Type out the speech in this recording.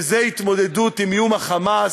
וזה התמודדות עם איום ה"חמאס",